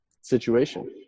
situation